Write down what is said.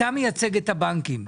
אתה מייצג את הבנקים.